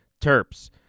Terps